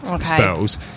spells